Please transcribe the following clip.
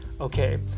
Okay